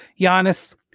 Giannis